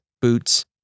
boots